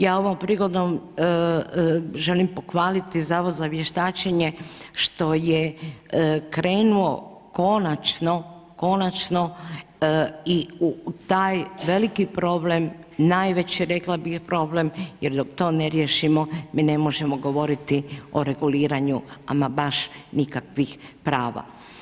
Ja ovom prigodom želim pohvaliti Zavod za vještačenje što je krenuo konačno, konačno i u taj veliki problem, najveći rekla bih problem jer dok to ne riješimo mi ne možemo govoriti o reguliranju amandman baš nikakvih prava.